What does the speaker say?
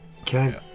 Okay